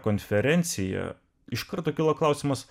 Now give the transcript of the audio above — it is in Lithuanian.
konferenciją iš karto kilo klausimas